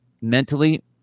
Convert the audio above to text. mentally